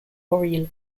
warrior